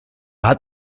hat